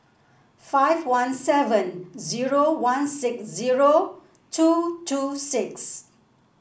five one seven zero one six zero two two six